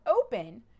open